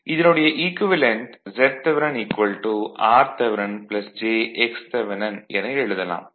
இதனுடைய equivalent Zth rth jxth என எழுதலாம்